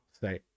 say